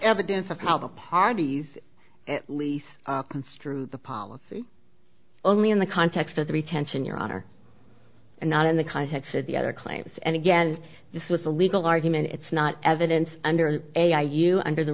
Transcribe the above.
evidence of how the parties at least construe the policy only in the context of the retention your honor and not in the context of the other claims and again this was a legal argument it's not evidence under a r u under the